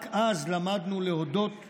רק אז למדנו להודות כמדינה,